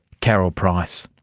carol price.